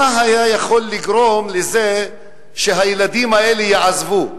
מה היה יכול לגרום לזה שהילדים האלה יעזבו,